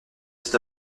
cet